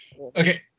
Okay